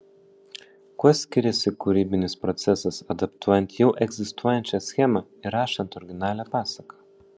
kuo skiriasi kūrybinis procesas adaptuojant jau egzistuojančią schemą ir rašant originalią pasaką